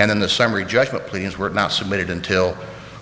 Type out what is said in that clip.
in the summary judgment please were not submitted until